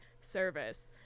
service